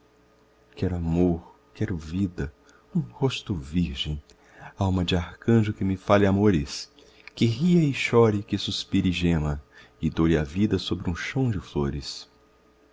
quero amor quero vida um rosto virgem alma de arcanjo que me fale amores que ria e chore que suspire e gema e doure a vida sobre um chão de flores